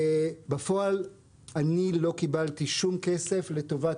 בפועל אני לא קיבלתי שום כסף לטובת